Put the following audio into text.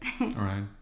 right